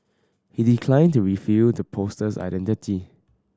he declined to reveal the poster's identity